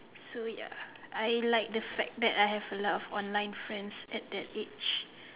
so ya I like the fact that I have a lot of online friends at that age